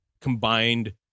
combined